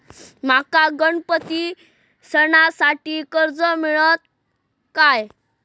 माका गणपती सणासाठी कर्ज मिळत काय?